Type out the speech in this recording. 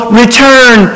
return